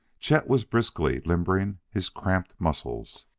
chet was briskly limbering his cramped muscles.